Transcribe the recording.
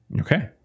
Okay